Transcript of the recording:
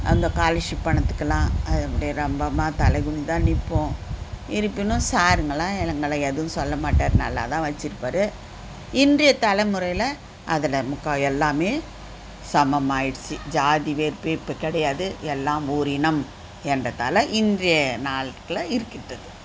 அந்த காலர்ஷிப் பணத்துக்கெல்லாம் இப்படி ரொம்பவுமாக தலைகுனிந்து தான் நிற்போம் இருப்பினும் சாருங்களெல்லாம் எங்களை எதுவும் சொல்ல மாட்டார் நல்லா தான் வச்சுருப்பாரு இன்றைய தலைமுறையில அதில் முக்கால் எல்லாமே சமமாகிடுச்சு ஜாதி வேற்பே இப்போ கிடையாது எல்லாம் ஓர் இனம் என்றதால் இன்றைய நாள்களில் இருக்கின்றது